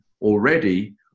already